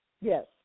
Yes